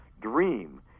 dream